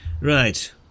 Right